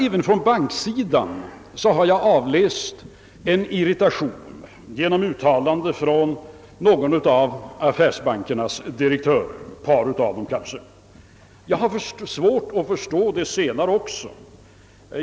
Även från banksidan har jag avläst en irritation genom uttalanden från ett par av affärsbankernas direktörer. Jag har svårt att förstå också detta.